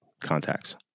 contacts